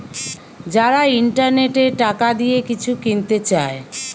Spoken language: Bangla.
যারা ইন্টারনেটে টাকা দিয়ে কিছু কিনতে চায়